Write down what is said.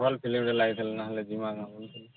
ଭଲ ଫିଲିମ୍ଟେ ଲାଗିଥିଲା ନହେଲେ ଯିବା କା ବୋଲୁଥିଲି